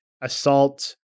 Assault